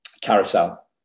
carousel